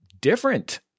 different